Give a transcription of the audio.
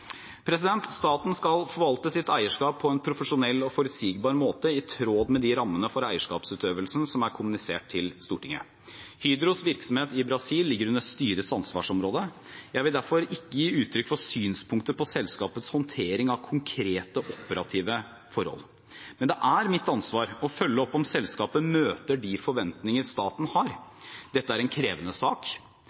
eierskapsutøvelsen som er kommunisert til Stortinget. Hydros virksomhet i Brasil ligger under styrets ansvarsområde. Jeg vil derfor ikke gi uttrykk for synspunkter på selskapets håndtering av konkrete, operative forhold. Men det er mitt ansvar å følge opp om selskapet møter de forventninger staten har. Dette er en krevende sak